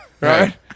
Right